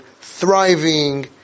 thriving